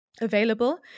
available